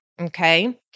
Okay